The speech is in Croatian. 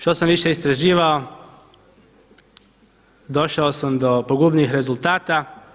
Što sam više istraživao došao sam do pogubnijih rezultata.